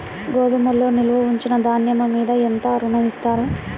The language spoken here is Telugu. గోదాములో నిల్వ ఉంచిన ధాన్యము మీద ఎంత ఋణం ఇస్తారు?